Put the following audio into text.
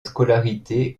scolarité